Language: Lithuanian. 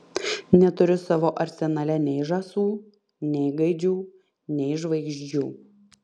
neturiu savo arsenale nei žąsų nei gaidžių nei žvaigždžių